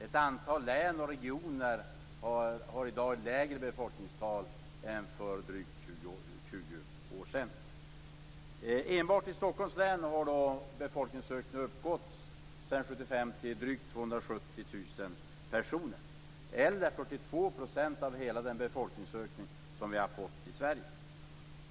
Ett antal län och regioner har i dag lägre befolkningstal är för drygt 20 år sedan. Enbart i Stockholms län har befolkningsökningen uppgått sedan 1975 till drygt 270 000 personer eller 42 % av hela den befolkningsökning som vi har fått i Sverige.